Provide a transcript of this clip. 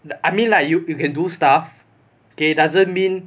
I mean like you you can do stuff K doesn't mean